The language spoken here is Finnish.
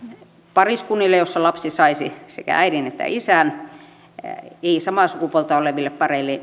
pariskunnille joissa lapsi saisi sekä äidin että isän ei samaa sukupuolta oleville pareille